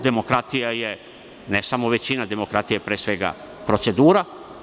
Demokratija je ne samo većina, demokratija je pre svega procedura.